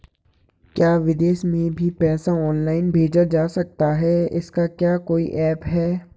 क्या विदेश में भी पैसा ऑनलाइन भेजा जा सकता है इसका क्या कोई ऐप है?